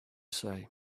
say